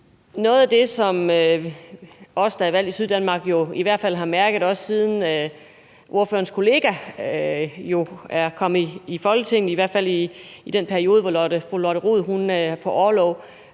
Noget af det, som os, der er valgt i Syddanmark, jo har mærket, også siden ordførerens kollega er kommet i Folketinget, i den periode, hvor fru Lotte Rod er på orlov,